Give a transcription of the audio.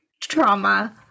trauma